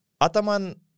Ataman